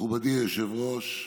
מכובדי היושב-ראש,